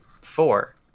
four